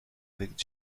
avec